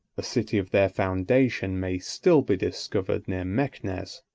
a city of their foundation may still be discovered near mequinez,